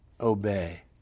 obey